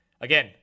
Again